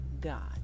God